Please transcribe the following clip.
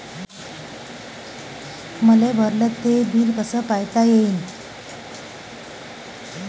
मले भरल ते बिल कस पायता येईन?